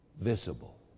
visible